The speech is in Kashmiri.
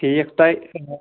ٹھیٖک تۄہہِ